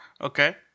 Okay